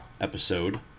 episode